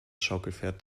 schaukelpferd